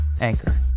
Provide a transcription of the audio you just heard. Anchor